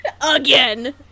...again